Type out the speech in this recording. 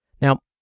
Now